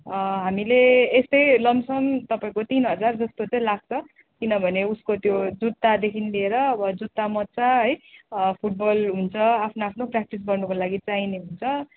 हामीले यस्तै lump sum तपाईँको तिन हजार जस्तो चाहिँ लाग्छ किनभने उसको त्यो जुत्तादेखि लिएर अब जुत्ता मोजा है फुटबल हुन्छ आफ्नो आफ्नो प्र्याक्टिस गर्नको लागि चाहिने हुन्छ